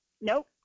Nope